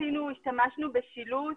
השתמשנו בשילוט.